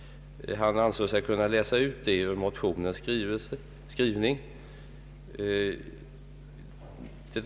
Han ansåg sig kunna utläsa detta ur motionens skrivning.